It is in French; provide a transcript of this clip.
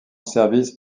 service